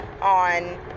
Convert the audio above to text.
on